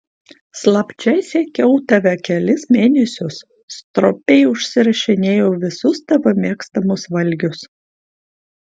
slapčia sekiau tave kelis mėnesius stropiai užsirašinėjau visus tavo mėgstamus valgius